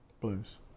Blues